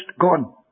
gone